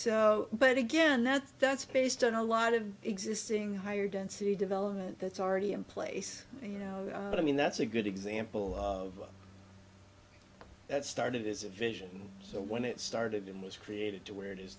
so but again that's that's based on a lot of existing higher density development that's already in place and you know i mean that's a good example of that started as a vision so when it started in this created to where it is